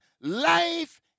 life